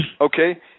okay